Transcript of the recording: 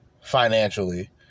financially